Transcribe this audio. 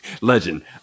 Legend